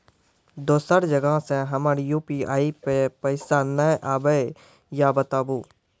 दोसर जगह से हमर यु.पी.आई पे पैसा नैय आबे या बताबू?